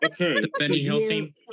Okay